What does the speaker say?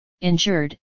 insured